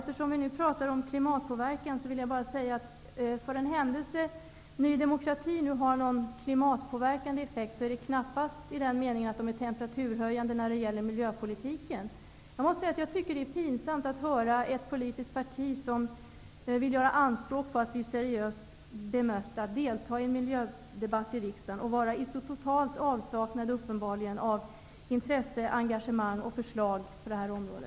Eftersom vi nu talar om klimatpåverkan vill jag avslutningsvis säga, att för den händelse Ny demokrati har någon klimatpåverkande effekt är det knappast i den meningen att det är temperaturhöjande när det gäller miljöpolitiken. Jag tycker det är pinsamt att höra representanter för ett politiskt parti som vill göra anspråk på att bli seriöst bemött delta i miljödebatten i riksdagen och uppenbarligen vara i så total avsaknad av intresse, engagemang och förslag på detta område.